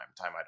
time